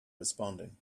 responding